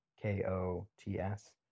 k-o-t-s